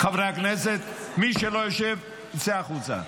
חברי הכנסת, מי שלא יושב, יצא החוצה.